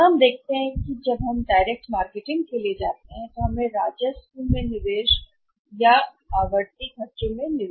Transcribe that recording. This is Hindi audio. यहाँ हम देखते हैं कि जब हम डायरेक्ट मार्केटिंग के लिए जाते हैं तो हमें ए राजस्व में निवेश या आवर्ती खर्चों में भी